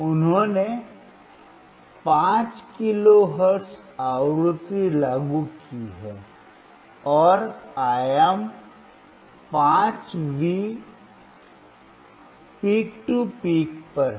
उन्होंने 5 किलोहर्ट्ज़ आवृत्ति लागू की है और आयाम 5 वी चोटी से चोटी पर है